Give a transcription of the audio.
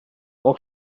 اون